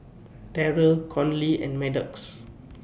Terrell Conley and Maddox